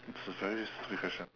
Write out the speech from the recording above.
it's a very stupid question